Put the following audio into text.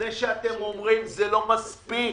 זה שאתם אומרים, זה לא מספיק.